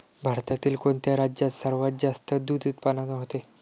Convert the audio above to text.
भारतातील कोणत्या राज्यात सर्वात जास्त दूध उत्पादन होते?